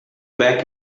back